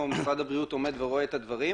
משרד הבריאות עומד ורואה את הדברים,